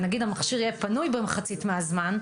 ונגיד שהמכשיר יהיה פנוי מחצית מהזמן,